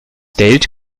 geld